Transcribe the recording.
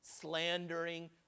slandering